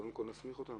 קודם כול נסמיך אותם.